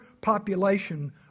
population